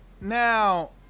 Now